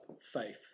faith